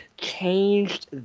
changed